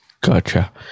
Gotcha